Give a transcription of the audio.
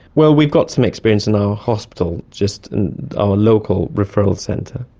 well, we've got some experience in our hospital just in our local referral centre,